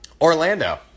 Orlando